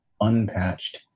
unpatched